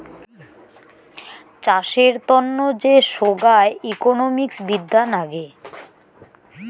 চাষের তন্ন যে সোগায় ইকোনোমিক্স বিদ্যা নাগে